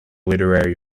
literary